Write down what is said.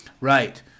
Right